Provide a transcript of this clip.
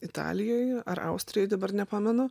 italijoj ar austrijoj dabar nepamenu